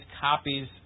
copies